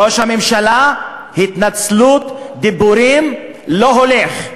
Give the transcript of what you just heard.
ראש הממשלה, התנצלות, דיבורים, לא הולך.